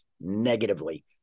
negatively